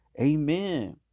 Amen